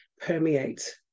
permeate